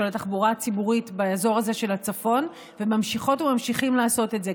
התחבורה הציבורית באזור הזה של הצפון וממשיכות וממשיכים לעשות את זה,